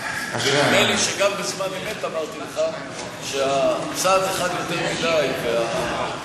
ונדמה לי שגם בזמן אמת אמרתי לך שהצעד-אחד-יותר-מדי והמהירות,